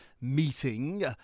meeting